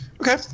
Okay